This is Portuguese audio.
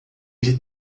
ele